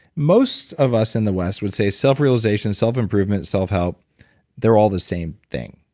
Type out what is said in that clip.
most of us in the west would say selfrealization, self-improvement, self-help they're all the same thing.